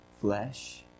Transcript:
flesh